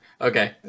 Okay